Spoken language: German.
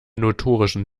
notorischen